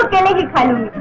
any kind of